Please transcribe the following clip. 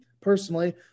personally